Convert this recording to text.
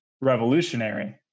revolutionary